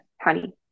honey